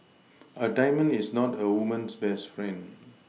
a diamond is not a woman's best friend